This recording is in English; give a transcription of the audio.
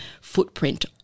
footprint